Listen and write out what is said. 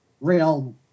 real